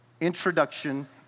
introduction